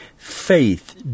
Faith